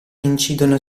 incidono